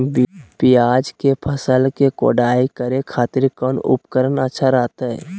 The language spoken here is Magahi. प्याज के फसल के कोढ़ाई करे खातिर कौन उपकरण अच्छा रहतय?